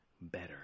Better